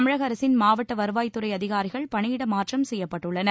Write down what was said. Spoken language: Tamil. தமிழக அரசின் மாவட்ட வருவாய்த்துறை அதிகாரிகள் பணியிட மாற்றம் செய்யப்பட்டுள்ளனர்